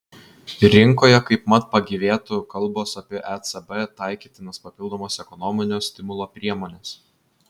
rinkoje kaip mat pagyvėtų kalbos apie ecb taikytinas papildomas ekonominio stimulo priemones